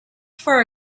for